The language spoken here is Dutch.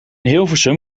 hilversum